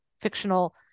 fictional